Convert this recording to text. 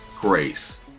grace